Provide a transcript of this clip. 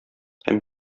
һәм